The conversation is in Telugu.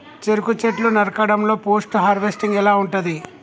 చెరుకు చెట్లు నరకడం లో పోస్ట్ హార్వెస్టింగ్ ఎలా ఉంటది?